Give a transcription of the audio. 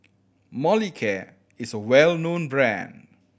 Molicare is a well known brand